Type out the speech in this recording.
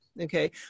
okay